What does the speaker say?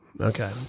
Okay